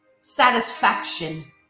satisfaction